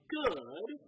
good